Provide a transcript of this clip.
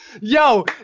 Yo